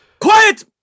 Quiet